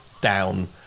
down